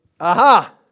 Aha